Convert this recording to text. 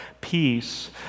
peace